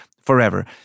forever